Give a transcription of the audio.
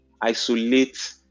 isolate